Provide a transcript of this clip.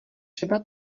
třeba